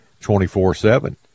24-7